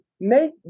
make